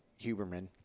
Huberman